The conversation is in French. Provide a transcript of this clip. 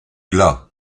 glas